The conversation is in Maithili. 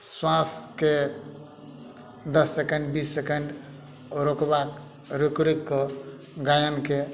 श्वाँसके दस सेकेण्ड बीस सेकेण्ड रोकबाक रोकि रोकि कऽ गायनके